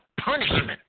Punishment